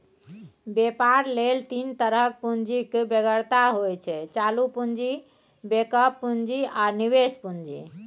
बेपार लेल तीन तरहक पुंजीक बेगरता होइ छै चालु पुंजी, बैकअप पुंजी आ निबेश पुंजी